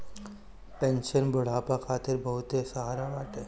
pension बुढ़ापा खातिर बहुते सहारा बाटे